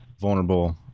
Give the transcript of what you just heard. vulnerable